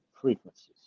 frequencies